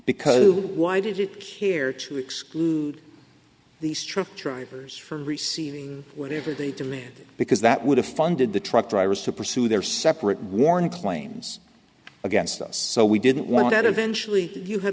because why did it care to exclude the structure writers from receiving whatever they demanded because that would have funded the truck drivers to pursue their separate warning claims against us so we didn't want that eventually you had